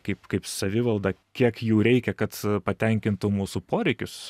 kaip kaip savivalda kiek jų reikia kad patenkintų mūsų poreikius